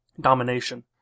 domination